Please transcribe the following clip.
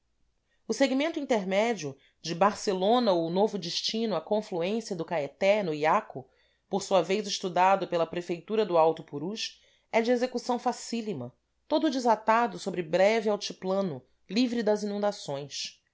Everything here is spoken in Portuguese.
o segmento intermédio de barcelona ou novo destino à confluência do caeté no iaco por sua vez estudado pela prefeitura do alto purus é de execução facílima todo desatado sobre breve altiplano livre das inundações